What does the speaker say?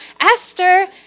Esther